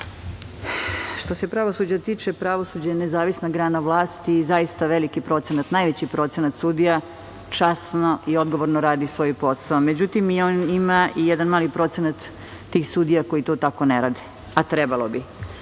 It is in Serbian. se pravosuđa tiče, pravosuđe je nezavisna grana vlasti i zaista veliki procenat, najveći procenat sudija časno i odgovorno radi svoj posao. Međutim, i on ima jedan mali procenat tih sudija koji to tako ne rade, a trebalo